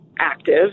active